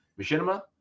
Machinima